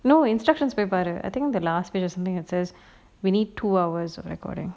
no instructions போய் பாரு:poai paru I think the last bit or something that says we need two hours of recording